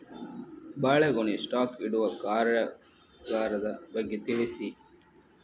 ಬಾಳೆಗೊನೆ ಸ್ಟಾಕ್ ಇಡುವ ಕಾರ್ಯಗಾರದ ಬಗ್ಗೆ ತಿಳಿಸಿ